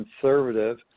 conservative